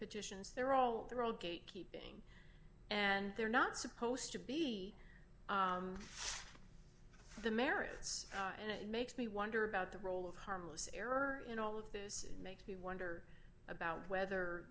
petitions they're all they're all gatekeeping and they're not supposed to be for the merits and it makes me wonder about the role of harmless error in all of this makes me wonder about whether